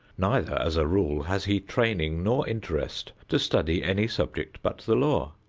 neither, as a rule, has he training nor interest to study any subject but the law.